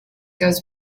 goes